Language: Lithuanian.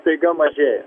staiga mažėja